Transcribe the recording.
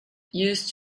used